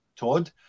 Todd